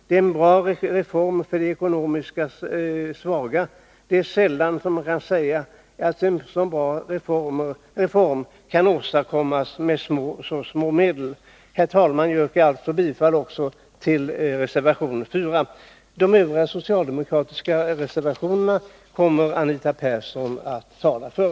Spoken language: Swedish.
Det är en bra reform för de ekonomiskt svaga. Det är sällan man kan säga att en så bra reform kan åstadkommas med så små medel. Herr talman! Jag yrkar bifall också till reservation 4. De övriga socialdemokratiska reservationerna kommer Anita Persson att tala för.